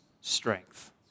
strength